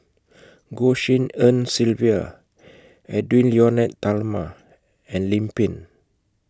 Goh Tshin En Sylvia Edwy Lyonet Talma and Lim Pin